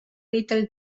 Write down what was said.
little